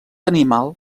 animal